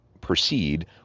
proceed